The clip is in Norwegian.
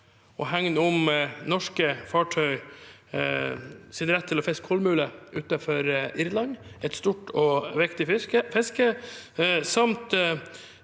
å hegne om norske fartøyers rett til å fiske kolmule utenfor Irland – et stort og viktig fiske – samt